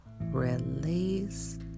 Release